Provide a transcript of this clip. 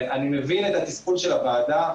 ואני מבין את התסכול של הוועדה,